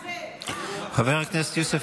אבל הוא רוצח.